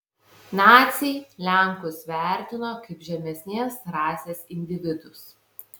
naciai lenkus vertino kaip žemesnės rasės individus